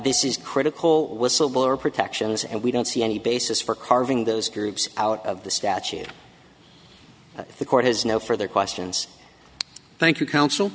these critical whistleblower protections and we don't see any basis for carving those groups out of the statute the court has no further questions thank you counsel